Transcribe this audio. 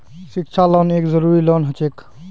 शिक्षा लोन एक जरूरी लोन हछेक